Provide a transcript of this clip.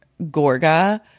Gorga